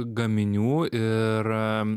gaminių ir